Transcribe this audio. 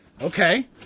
okay